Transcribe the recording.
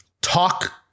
talk